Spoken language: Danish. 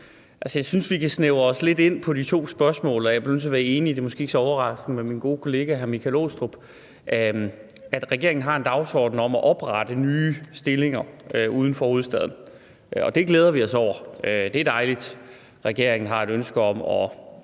Jeg synes, vi kan snævre det de to spørgsmål lidt ind. Jeg bliver nødt til at være enig – det er måske ikke så overraskende – med min gode kollega hr. Michael Aastrup Jensen, i forhold til om regeringen har en dagsorden om at oprette nye stillinger uden for hovedstaden. Det glæder vi os over, det er dejligt, at regeringen har et ønske om at